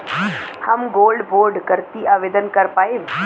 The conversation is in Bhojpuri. हम गोल्ड बोड करती आवेदन कर पाईब?